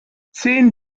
zehn